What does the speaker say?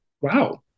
wow